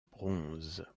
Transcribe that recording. bronze